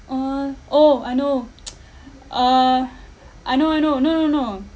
uh oh I know uh I know I know no no no